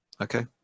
okay